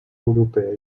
europea